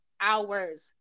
hours